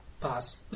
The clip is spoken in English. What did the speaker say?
Pass